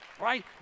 right